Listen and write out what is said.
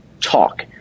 talk